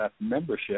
membership